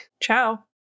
ciao